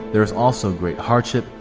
there is also great hardship,